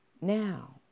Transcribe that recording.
Now